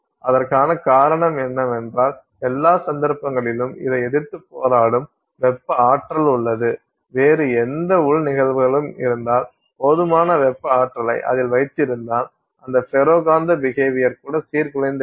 அதற்கான காரணம் என்னவென்றால் எல்லா சந்தர்ப்பங்களிலும் இதை எதிர்த்துப் போராடும் வெப்ப ஆற்றல் உள்ளது வேறு எந்த உள் நிகழ்வுகளும் இருந்தால் போதுமான வெப்ப ஆற்றலை அதில் வைத்திருந்தால் அந்த ஃபெரோ காந்த பிஹேவியர் கூட சீர்குலைந்துவிடும்